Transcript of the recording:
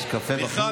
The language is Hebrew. יש קפה בחוץ.